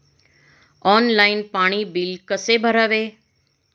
Online पाणी bill कसे भरावे?